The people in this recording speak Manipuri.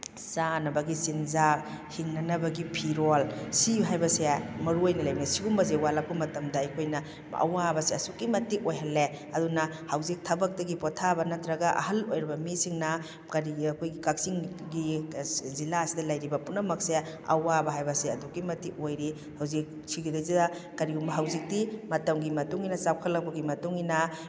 ꯆꯥꯅꯕꯒꯤ ꯆꯤꯟꯖꯥꯛ ꯍꯤꯡꯅꯅꯕꯒꯤ ꯐꯤꯔꯣꯜ ꯁꯤ ꯍꯥꯏꯕꯁꯦ ꯃꯔꯨꯑꯣꯏꯅ ꯂꯩꯕꯅꯦ ꯁꯤꯒꯨꯝꯕꯁꯦ ꯋꯥꯠꯂꯛꯄ ꯃꯇꯝꯗ ꯑꯩꯈꯣꯏꯅ ꯑꯋꯥꯕꯁꯦ ꯑꯁꯨꯛꯀꯤ ꯃꯇꯤꯛ ꯑꯣꯏꯍꯜꯂꯦ ꯑꯗꯨꯅ ꯍꯧꯖꯤꯛ ꯊꯕꯛꯇꯒꯤ ꯄꯣꯊꯥꯕ ꯅꯠꯇ꯭ꯔꯒ ꯑꯍꯜ ꯑꯣꯏꯔꯕ ꯃꯤꯁꯤꯡꯅ ꯀꯔꯤꯒꯤ ꯑꯩꯈꯣꯏꯒꯤ ꯀꯛꯆꯤꯡꯒꯤ ꯖꯤꯂꯥꯁꯤꯗ ꯂꯩꯔꯤꯕ ꯄꯨꯝꯅꯃꯛꯁꯦ ꯑꯋꯥꯕ ꯍꯥꯏꯕꯁꯦ ꯑꯗꯨꯛꯀꯤ ꯃꯇꯤꯛ ꯑꯣꯏꯔꯤ ꯍꯧꯖꯤꯛ ꯁꯤꯒꯤꯗꯩꯁꯤꯗ ꯀꯔꯤꯒꯨꯝꯕ ꯍꯧꯖꯤꯛꯇꯤ ꯃꯇꯝꯒꯤ ꯃꯇꯨꯡꯏꯟꯅ ꯆꯥꯎꯈꯠꯂꯛꯄꯒꯤ ꯃꯇꯨꯡꯏꯟꯅ